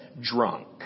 drunk